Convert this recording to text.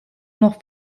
noch